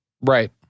Right